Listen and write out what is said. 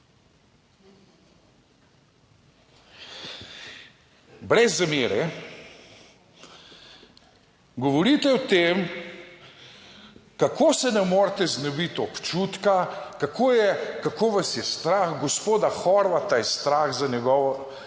Brez zamere, govorite o tem, kako se ne morete znebiti občutka, kako je, kako vas je strah, gospoda Horvata je strah za njegovo